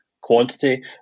quantity